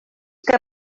que